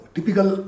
Typical